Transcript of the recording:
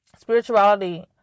spirituality